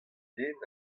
den